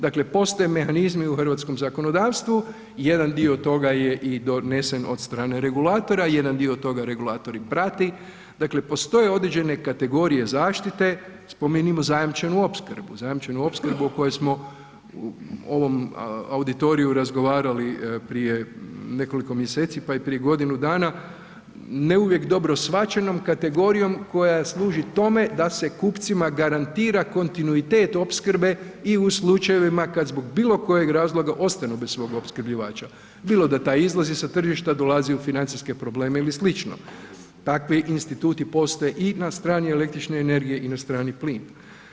Dakle, postoje mehanizmi u hrvatskom zakonodavstvu, jedan dio toga je i donesen od strane regulatora, jedan dio toga regulator i prati, dakle postoje određene kategorije zaštite, spomenimo zajamčenu opskrbu, zajamčenu opskrbu o kojoj smo u ovom auditoriju razgovarali prije nekoliko mjeseci pa i prije godinu dana, ne uvijek dobro shvaćenom kategorijom koja služi tome da se kupcima garantira kontinuitet opskrbe i u slučajevima kad zbog bilokojeg razloga ostanu bez svog opskrbljivača, bilo da taj izlazi sa tržišta, dolazi u financijske probleme i sl., takvi instituti postoje i na strani električne energije i na strani plina.